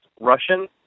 Russian